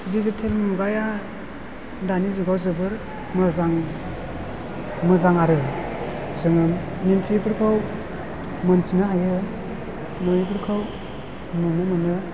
digital मुगाया दानि जुगाव जोबोर मोजां मोजां आरो जोङो मिनथियैफोरखौ मिनथिनो हायो नुयैफोरखौ नुनो मोनो